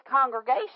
congregation